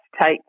take